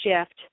shift